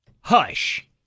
Hush